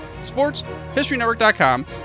sportshistorynetwork.com